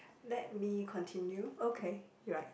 let me continue okay right